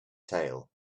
tail